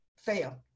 fail